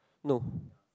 no